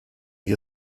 wir